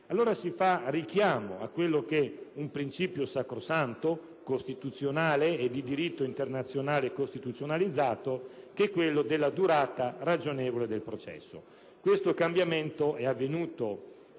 Si fa quindi richiamo a quello che è un sacrosanto principio costituzionale e di diritto internazionale costituzionalizzato che prevede la durata ragionevole del processo. Questo cambiamento è avvenuto